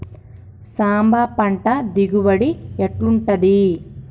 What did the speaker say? సాంబ పంట దిగుబడి ఎట్లుంటది?